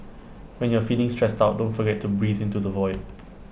when you are feeling stressed out don't forget to breathe into the void